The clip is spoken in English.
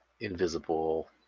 invisible